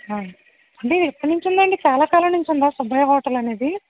హ అంటే ఎప్పటి నుంచి ఉందండి చాలా కాలం నుంచి ఉందా సుబ్బయ్య హోటల్ అనేది